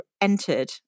entered